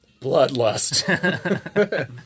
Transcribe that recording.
Bloodlust